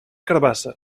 carabassa